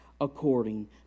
according